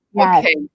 Okay